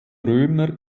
römer